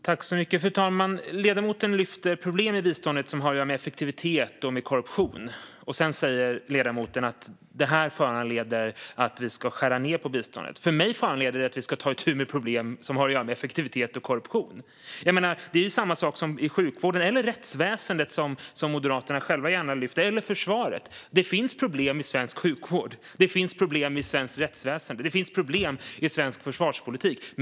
Fru talman! Ledamoten lyfter fram problem i biståndet som har att göra med effektivitet och korruption. Sedan säger ledamoten att det här föranleder oss att skära ned på biståndet. För mig föranleder det att vi ska ta itu med problem som har att göra med effektivitet och korruption. Det är ju samma sak med sjukvården, rättsväsendet, som Moderaterna gärna själva lyfter fram, och försvaret. Det finns problem i svensk sjukvård. Det finns problem i svenskt rättsväsen. Det finns också problem i svensk försvarspolitik.